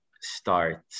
start